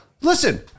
Listen